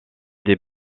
des